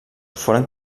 foren